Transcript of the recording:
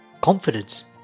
Confidence